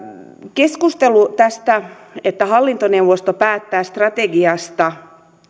keskustelu tästä että hallintoneuvosto päättää strategiasta